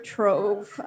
Trove